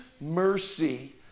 mercy